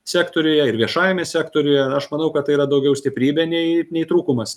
sektoriuje ir viešajame sektoriuje ir aš manau kad tai yra daugiau stiprybė nei nei trūkumas